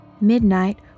Midnight